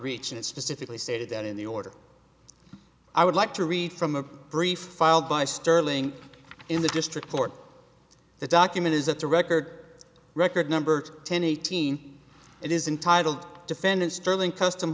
and specifically stated that in the order i would like to read from a brief filed by sterling in the district court the document is that the record record number ten eighteen it is intitled defendant sterling custom